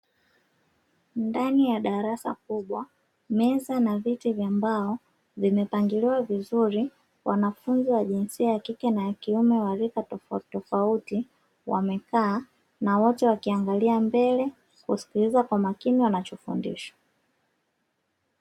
Ndani ya darasa kubwa, meza na viti vya mbao vimepangiliwa vizuri wanafunzi wa jinsia ya kike na ya kiume wa rika tofautitofauti wamekaa na wote wakiangalia mbele kusikiliza kwa makini wanachofundishwa.